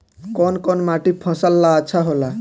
कौन कौनमाटी फसल ला अच्छा होला?